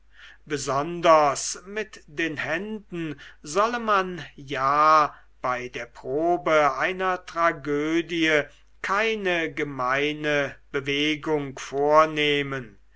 besonders mit den händen solle man ja bei der probe einer tragödie keine gemeine bewegungen vornehmen